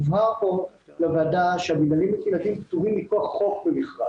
הובהר פה לוועדה שהמינהלים הקהילתיים פטורים מכוח חוק ממכרז.